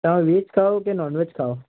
તમે વેજ ખાવ કે નોનવેજ ખાવ